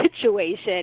situation